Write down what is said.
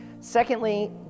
Secondly